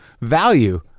value